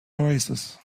oasis